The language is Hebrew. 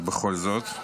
אבל בכל זאת.